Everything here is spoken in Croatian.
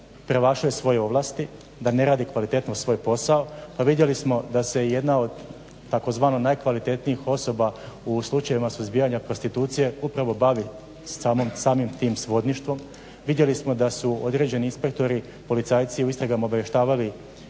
premašuje svoje ovlasti, da ne radi kvalitetno svoj posao. A vidjeli smo da se jedna od tzv. najkvalitetnijih osoba u slučajevima suzbijanja prostitucije upravo bavi samim tim svodništvom, vidjeli smo da su određeni inspektori, policajci u istragama obavještavali